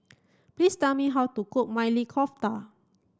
please tell me how to cook Maili Kofta